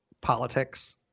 politics